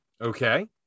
okay